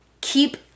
keep